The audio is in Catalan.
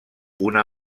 una